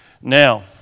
Now